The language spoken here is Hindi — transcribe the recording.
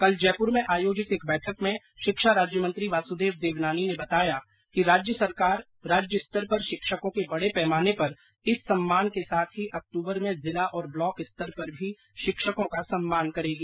कल जयपूर में आयोजित एक बैठक में शिक्षा राज्य मंत्री वासदेव देवनानी ने बताया कि राज्य सरकार राज्य स्तर पर शिक्षकों के बडे पैमाने पर इस सम्मान के साथ ही अक्टूबर में जिला और ब्लॉक स्तर पर भी शिक्षकों का सम्मान करेगी